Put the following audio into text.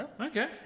Okay